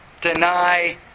deny